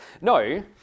No